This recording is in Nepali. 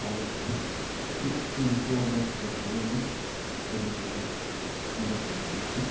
सायद सिक्सटिन सोह्र वर्षको थिएँ म पहिलोचोटि मैले फोटो खिच्दा